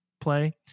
play